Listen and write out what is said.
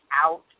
out